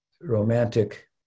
romantic